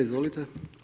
Izvolite.